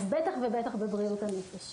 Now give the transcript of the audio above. אז בטח ובטח בבריאות הנפש.